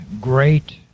great